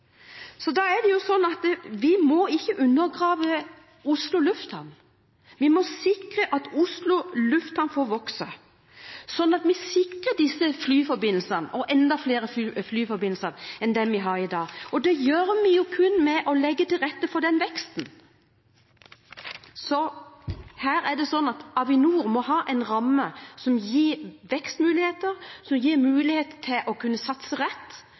Så vi må ikke undergrave Oslo lufthavn. Vi må sikre at Oslo lufthavn får vokse, sånn at vi sikrer disse flyforbindelsene og enda flere flyforbindelser enn det vi har i dag. Og det gjør vi kun ved å legge til rette for veksten. Så her er det sånn at Avinor må ha en ramme som gir vekstmuligheter, som gir mulighet til å kunne satse rett.